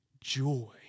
joy